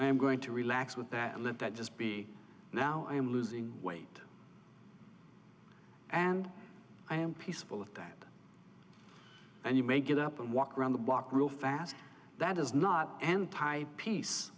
am going to relax with that and let that just be now i am losing weight and i am peaceful with that and you may get up and walk around the block real fast that is not anti peace